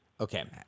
Okay